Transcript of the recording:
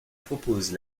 proposent